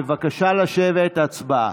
בבקשה לשבת הצבעה.